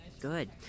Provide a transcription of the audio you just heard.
good